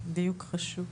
דיוק חשוב.